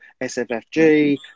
SFFG